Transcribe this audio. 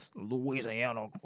Louisiana